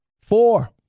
Four